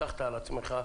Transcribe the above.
לקחת על עצמך,